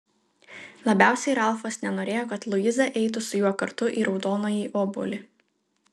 labiausiai ralfas nenorėjo kad luiza eitų su juo kartu į raudonąjį obuolį